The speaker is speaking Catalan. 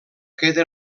queda